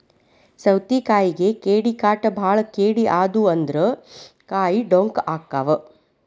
ಸೌತಿಕಾಯಿಗೆ ಕೇಡಿಕಾಟ ಬಾಳ ಕೇಡಿ ಆದು ಅಂದ್ರ ಕಾಯಿ ಡೊಂಕ ಅಕಾವ್